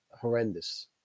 horrendous